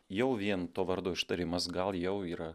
jau vien to vardo ištarimas gal jau yra